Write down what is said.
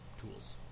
tools